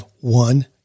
one